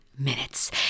Minutes